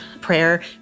prayer